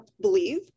believe